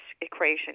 equation